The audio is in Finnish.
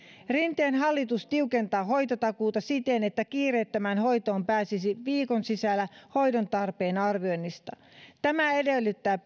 rinteen hallitus tiukentaa hoitotakuuta siten että kiireettömään hoitoon pääsisi viikon sisällä hoidon tarpeen arvioinnista tämä edellyttää